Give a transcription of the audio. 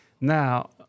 Now